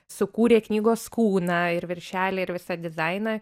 sukūrė knygos kūną ir viršelį ir visą dizainą